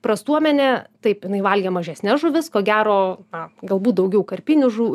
prastuomenė taip jinai valgė mažesnes žuvis ko gero na galbūt daugiau karpinių žu